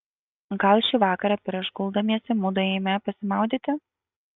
gal šį vakarą prieš guldamiesi mudu eime pasimaudyti